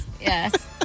yes